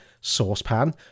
saucepan